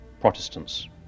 Protestants